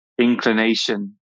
inclination